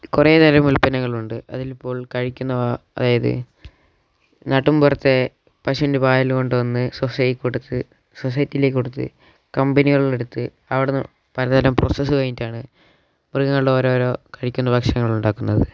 കുറേതരം ഉൽപ്പന്നങ്ങളുണ്ട് അതിലിപ്പോൾ കഴിക്കുന്ന അതായത് നാട്ടിൻപുറത്തെ പശുവിൻ്റെ പാൽ കൊണ്ടുവന്ന് സൊസൈറ്റിയിൽ കൊടുത്ത് സൊസൈറ്റിയിലേക്ക് കൊടുത്ത് കമ്പനികളിലെടുത്ത് അവിടെനിന്ന് പലതരം പ്രൊസസ്സ് കഴിഞ്ഞിട്ടാണ് മൃഗങ്ങളുടെ ഓരോരോ കഴിക്കുന്ന ഭക്ഷണങ്ങളുണ്ടാക്കുന്നത്